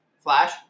Flash